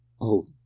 Oh